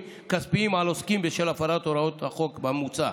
כספיים על עוסקים בשל הפרת הוראות החוק המוצע.